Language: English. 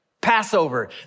Passover